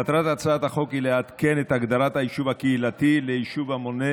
מטרת הצעת החוק היא לעדכן את הגדרת היישוב הקהילתי ליישוב המונה